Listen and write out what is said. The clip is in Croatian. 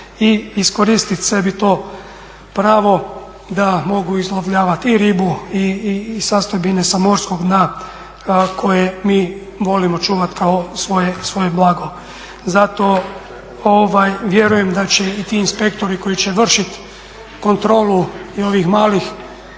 i iskoristiti sebi to pravo da mogu izlovljavati i ribu i sastojbine sa morskog dna koje mi volimo čuvati kao svoje blago. Zato vjerujem da će i ti inspektori koji će vršit kontrolu i ovih malih